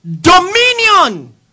dominion